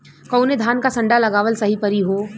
कवने धान क संन्डा लगावल सही परी हो?